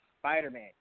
Spider-Man